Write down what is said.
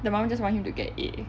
the mom just want him to get A